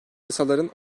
yasaların